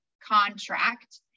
contract